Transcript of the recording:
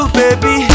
baby